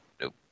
Nope